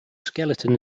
skeleton